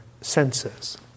senses